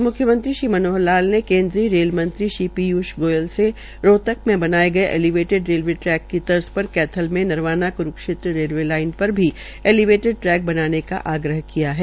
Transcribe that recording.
म्ख्यमंत्री श्री मनोहर लाल ने केंद्रीय रेल मंत्री श्री पीय्ष गोयल से रोहतक में बनाए गए ऐलीवेटिड रेलवे ट्रैक की तर्ज पर कैथल में नरवाना क्रूक्षेत्र रेलवे लाईन को भी ऐलीवेटिड रेलवे ट्रैक बनाने का आग्रह किया है